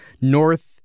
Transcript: North